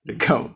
the come